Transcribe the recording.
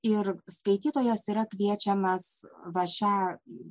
ir skaitytojas yra kviečiamas va šią